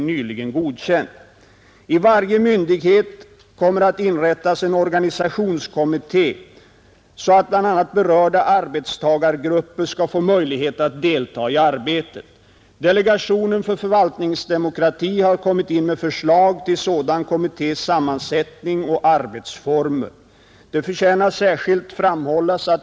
Utskottets inställning till hur herr Löfberg och hans medarbetare hanterat företagsdemokratin i samband med utflyttningen är tveklöst klar och står i bjärt kontrast till de självbelåtna tongångarna i interpellationssvaret. Det är, herr talman, naturligtvis möjligt att statsrådet Löfbergs belåtenhet med sitt nu aktuella fögderi för honom ter sig naturlig och motiverad med utgångspunkt från hans egen uppfattning och krav på just företagsdemokrati, Ett visst stöd för denna förmodan ger faktiskt hans interpellationssvar.